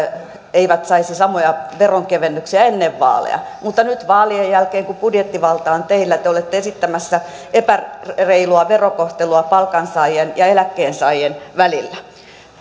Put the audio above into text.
eivät saisi samoja veronkevennyksiä ennen vaaleja mutta nyt vaalien jälkeen kun budjettivalta on teillä te te olette esittämässä epäreilua verokohtelua palkansaajien ja eläkkeensaajien välillä